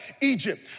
Egypt